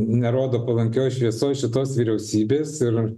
nerodo palankioj šviesoj šitos vyriausybės ir